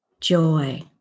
joy